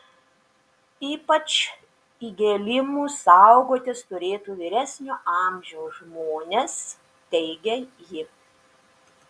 ypač įgėlimų saugotis turėtų vyresnio amžiaus žmonės teigia ji